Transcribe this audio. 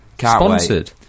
Sponsored